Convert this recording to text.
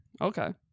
Okay